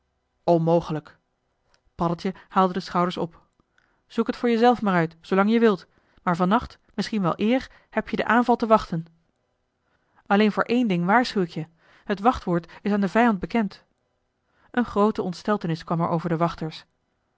onmogelijk paddeltje haalde de schouders op zoekt het voor je zelf maar uit zoolang je wilt maar vannacht misschien wel eer heb-je den aanval te wachten alleen voor één ding waarschuw ik je het wachtwoord is aan den vijand bekend een groote ontsteltenis kwam er over de wachters